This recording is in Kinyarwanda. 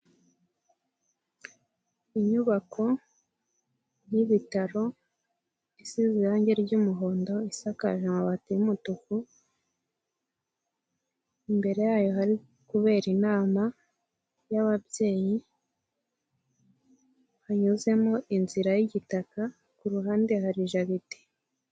Inyubako y'ibitaro isize irangi ry'umuhondo, isakaje amabati y'umutuku. Imbere yayo hari kubera inama y'ababyeyi. Hanyuzemo inzira y'igitaka, kuruhande hari jaride.